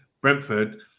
Brentford